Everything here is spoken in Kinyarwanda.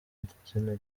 igitsina